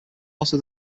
also